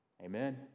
Amen